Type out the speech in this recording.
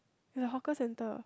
a hawker centre